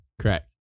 Correct